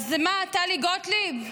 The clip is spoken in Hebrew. אז מה, טלי גוטליב,